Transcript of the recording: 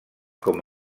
com